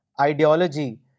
ideology